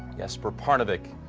jesper parnevik.